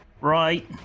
right